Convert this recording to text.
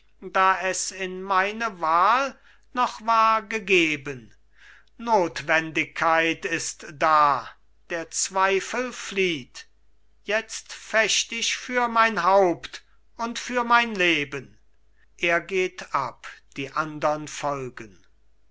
da es in meine wahl noch war gegeben notwendigkeit ist da der zweifel flieht jetzt fecht ich für mein haupt und für mein leben er geht ab die andern folgen